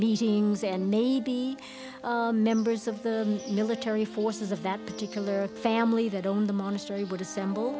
meetings and maybe members of the military forces of that particular family that on the monastery would assemble